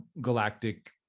galactic